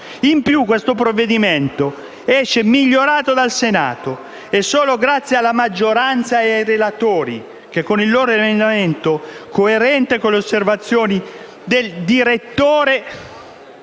In più, questo provvedimento esce dal Senato migliorato e solo grazie alla maggioranza e ai relatori che, con il loro emendamento, coerente con le osservazioni del procuratore